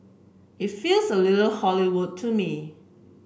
it feels a little Hollywood to me